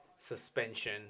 Suspension